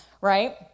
right